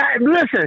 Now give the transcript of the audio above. Listen